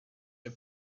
the